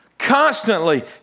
Constantly